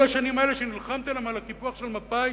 כל השנים האלה שנלחמתם על הקיפוח של מפא"י,